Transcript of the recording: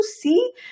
see